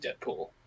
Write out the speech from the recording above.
Deadpool